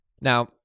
now